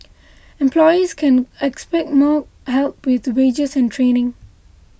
employees can expect more help with wages and training